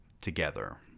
together